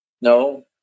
No